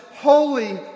holy